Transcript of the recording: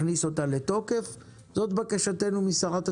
זאת בקשתנו ממשרד התחבורה.